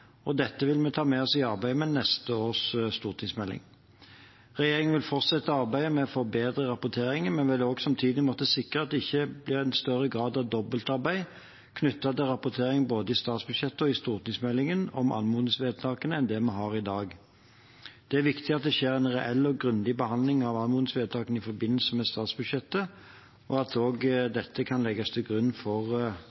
og dette vil vi ta med oss i arbeidet med neste års stortingsmelding. Regjeringen vil fortsette arbeidet med å forbedre rapporteringen, men vil samtidig måtte sikre at det ikke blir en større grad av dobbeltarbeid knyttet til rapporteringen både i statsbudsjettet og i stortingsmeldingen om anmodningsvedtakene enn det vi har i dag. Det er viktig at det skjer en reell og grundig behandling av anmodningsvedtakene i forbindelse med statsbudsjettet, og at